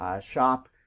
shop